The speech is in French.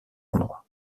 endroit